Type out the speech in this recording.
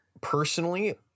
personally